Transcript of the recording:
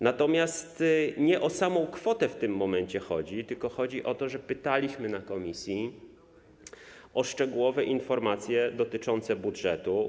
Natomiast nie o samą kwotę w tym momencie chodzi, tylko chodzi o to, że pytaliśmy na posiedzeniu komisji o szczegółowe informacje dotyczące budżetu.